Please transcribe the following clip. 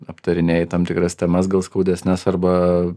aptarinėji tam tikras temas gal skaudesnes arba